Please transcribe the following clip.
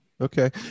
Okay